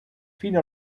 fino